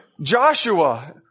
Joshua